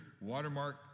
Watermark